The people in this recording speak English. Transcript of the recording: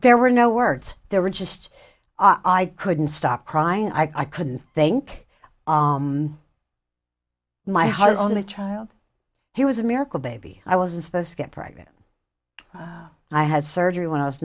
there were no words there were just i couldn't stop crying i couldn't think my husband the child he was a miracle baby i wasn't supposed to get pregnant i had surgery when i was